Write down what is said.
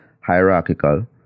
hierarchical